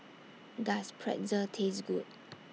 Does Pretzel Taste Good